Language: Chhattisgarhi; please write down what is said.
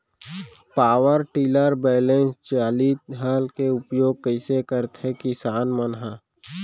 पावर टिलर बैलेंस चालित हल के उपयोग कइसे करथें किसान मन ह?